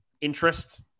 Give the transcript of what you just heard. interest